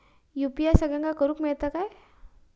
UPI सगळ्यांना करुक मेलता काय?